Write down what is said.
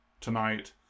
tonight